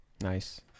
nice